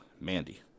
Mandy